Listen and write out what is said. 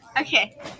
Okay